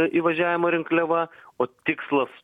įvažiavimo rinkliava o tikslas